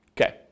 Okay